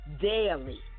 daily